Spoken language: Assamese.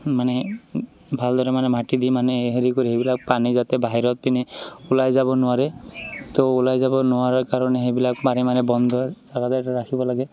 মানে ভালদৰে মানে মাটি দি মানে হেৰি কৰি সেইবিলাক পানী যাতে বাহিৰৰ পিনে ওলাই যাব নোৱাৰে তো ওলাই যাবৰ নোৱাৰাৰ কাৰণে সেইবিলাক পাৰে মানে বন্ধ জেগাত এটাত ৰাখিব লাগে